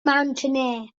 mountaineer